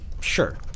sure